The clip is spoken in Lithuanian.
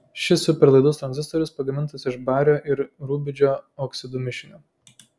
šis superlaidus tranzistorius pagamintas iš bario ir rubidžio oksidų mišinio